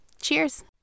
Cheers